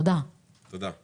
לי